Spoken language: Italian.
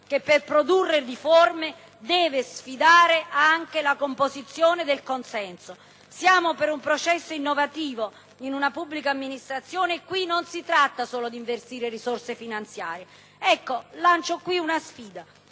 che per produrre riforme deve sfidare anche la composizione del consenso. Siamo per un processo innovativo della pubblica amministrazione; non si tratta solo di investire risorse finanziarie. Ecco, lancio qui una sfida: